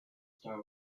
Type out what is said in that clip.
star